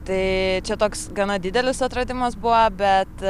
tai čia toks gana didelis atradimas buvo bet